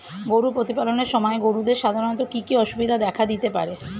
গরু প্রতিপালনের সময় গরুদের সাধারণত কি কি অসুবিধা দেখা দিতে পারে?